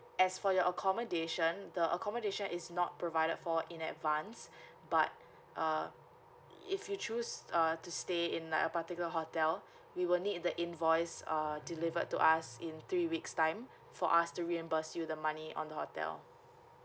as for your accommodation the accommodation is not provided for in advance but uh if you choose uh to stay in like a particular hotel we will need the invoice err delivered to us in three weeks time for us to reimburse you the money on the hotel